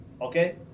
Okay